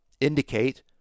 indicate